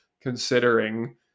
considering